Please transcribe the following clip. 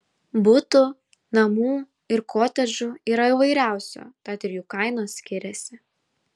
butų namų ir kotedžų yra įvairiausių tad ir jų kainos skiriasi